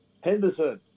Henderson